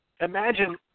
Imagine